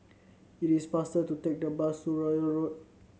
it is faster to take the bus to Royal Road